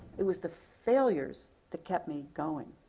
it was the failures that kept me going.